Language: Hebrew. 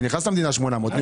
כי נכנסו למדינה 800. אני